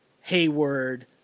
Hayward